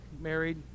married